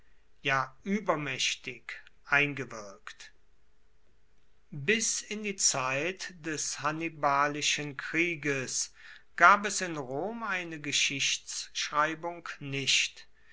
ja uebermaechtig eingewirkt bis in die zeit des hannibalischen krieges gab es in rom eine geschichtschreibung nicht